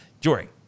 jory